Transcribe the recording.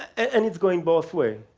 and it's going both ways.